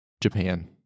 Japan